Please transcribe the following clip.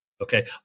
Okay